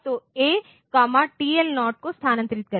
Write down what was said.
तो A comma TL0 को स्थानांतरित करें